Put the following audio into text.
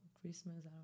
Christmas